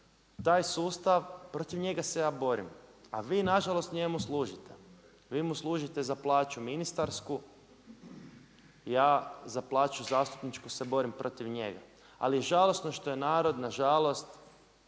taj sustav, protiv njega se ja borim a vi nažalost njemu služite. Vi mu služite za plaću ministarstvu, ja za plaću zastupničku se borim protiv njega. Ali je žalosno što je narod nažalost,